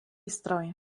stroj